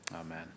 Amen